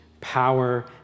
power